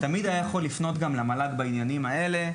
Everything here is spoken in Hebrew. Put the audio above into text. תמיד היה יכול לפנות למל"ג גם בעניינים האלה.